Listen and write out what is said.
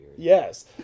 Yes